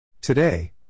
Today